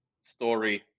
story